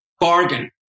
bargain